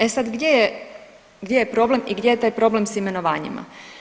E sad, gdje je problem i gdje je taj problem s imenovanjima?